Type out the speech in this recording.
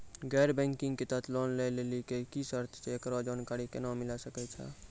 गैर बैंकिंग के तहत लोन लए लेली की सर्त छै, एकरो जानकारी केना मिले सकय छै?